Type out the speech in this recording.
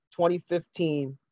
2015